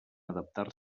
adaptar